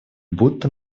будто